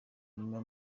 inyuma